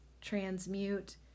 transmute